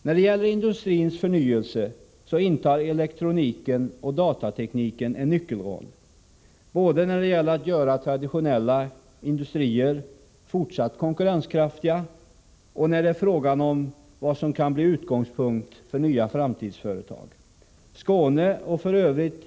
När det gäller industrins förnyelse intar elektroniken och datatekniken en nyckelroll, både när det gäller att göra traditionella industrier fortsatt konkurrenskraftiga och när det är fråga om vad som kan bli utgångspunkt för nya framtidsföretag. Skåne — och f.ö.